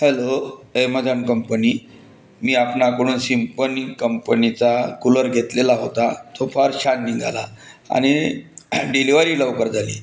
hello Amazon company मी आपणाकडून Symphony कंपनीचा कूलर घेतलेला होता तो फार छान निघाला आणि डिलिवरी लवकर झाली